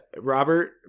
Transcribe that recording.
Robert